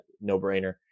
No-brainer